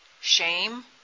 shame